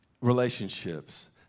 relationships